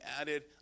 added